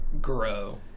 grow